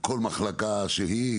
כל מחלקה שהיא.